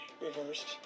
reversed